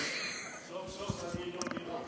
סוף-סוף אני לא נראה.